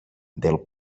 del